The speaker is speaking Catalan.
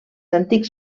antics